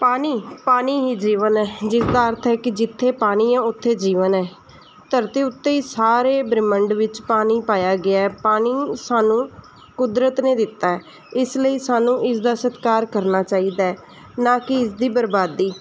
ਪਾਣੀ ਪਾਣੀ ਹੀ ਜੀਵਨ ਹੈ ਜਿਸ ਦਾ ਅਰਥ ਹੈ ਕਿ ਜਿੱਥੇ ਪਾਣੀ ਹੈ ਉੱਥੇ ਜੀਵਨ ਹੈ ਧਰਤੀ ਉੱਤੇ ਹੀ ਸਾਰੇ ਬ੍ਰਹਿਮੰਡ ਵਿੱਚ ਪਾਣੀ ਪਾਇਆ ਗਿਆ ਪਾਣੀ ਸਾਨੂੰ ਕੁਦਰਤ ਨੇ ਦਿੱਤਾ ਇਸ ਲਈ ਸਾਨੂੰ ਇਸਦਾ ਸਤਿਕਾਰ ਕਰਨਾ ਚਾਹੀਦਾ ਨਾ ਕਿ ਇਸਦੀ ਬਰਬਾਦੀ